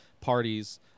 parties